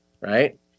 right